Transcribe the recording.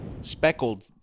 speckled